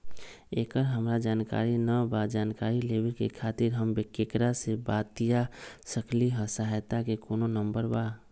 एकर हमरा जानकारी न बा जानकारी लेवे के खातिर हम केकरा से बातिया सकली ह सहायता के कोनो नंबर बा?